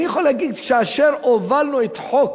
אני יכול להגיד שכאשר הובלנו את חוק